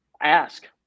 ask